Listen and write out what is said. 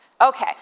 Okay